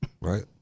right